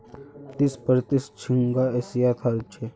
तीस प्रतिशत झींगा एशियात ह छे